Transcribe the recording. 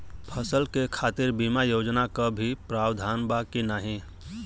फसल के खातीर बिमा योजना क भी प्रवाधान बा की नाही?